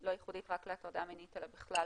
לא ייחודית רק להטרדה מינית אלא בכלל,